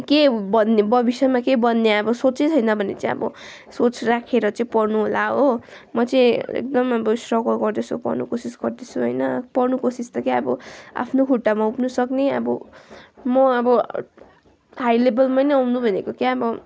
के बन्ने भविष्यमा के बन्ने अब सोँचै छैन भने चाहिँ अब सोँच राखेर चाहिँ पढ्नुहोला हो म चाहिँ एकदम अब स्ट्रगल गर्दैछु पढ्नु कोसिस गर्दैछु होइन पढ्नु कोसिस त के अब आफ्नो खुट्टामा उभिनु सक्ने अब म अब हाइ लेभलमा नै आउनु भनेको कि अब